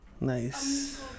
Nice